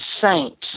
saints